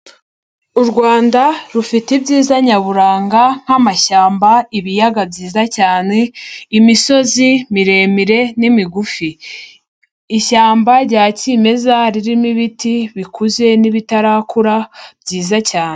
U Rwanda rufite ibyiza nyaburanga nk'amashyamba, ibiyaga byiza cyane, imisozi miremire n'imigufi, ishyamba rya kimeza ririmo ibiti bikuze n'ibitarakura byiza cyane.